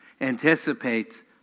anticipates